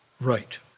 Right